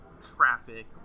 traffic